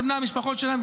של בני המשפחות שלהם.